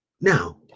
Now